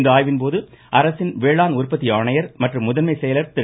இந்த ஆய்வின் போது அரசின் வேளாண் உற்பத்தி ஆணையர் மற்றும் முதன்மை செயலர் திரு